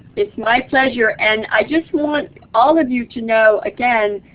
it's my pleasure. and i just want all of you to know, again,